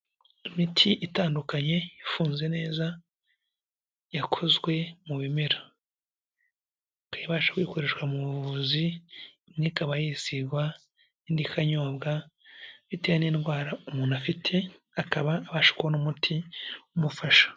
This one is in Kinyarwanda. Imiti itandukanye ifunze neza yakozwe mu bimera, ikaba ibashwa kuyikoreshwa mu buvuzi, imwe ikaba yisigwa, indi ikanyobwa, bitewe n'indwara umuntu afite, akaba abasha kubona umuti umufasha.